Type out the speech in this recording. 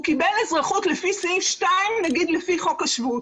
הוא קיבל אזרחות לפי סעיף 2, נגיד לפי חוק השבות.